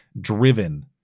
driven